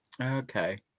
okay